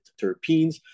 terpenes